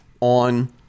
on